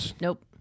nope